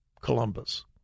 Columbus